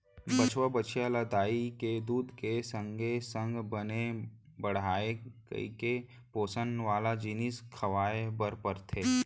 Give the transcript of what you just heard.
बछवा, बछिया ल दाई के दूद के संगे संग बने बाढ़य कइके पोसन वाला जिनिस खवाए बर परथे